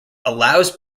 allows